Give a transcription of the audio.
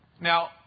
Now